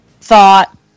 thought